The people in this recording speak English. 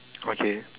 okay